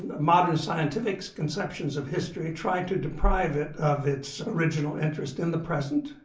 modern scientific conceptions of history try to deprive it of its original interest in the present,